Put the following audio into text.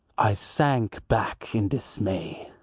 i sank back in dismay.